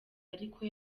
ariko